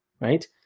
right